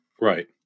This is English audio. Right